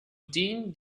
din